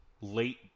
late